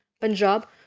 Punjab